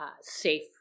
safe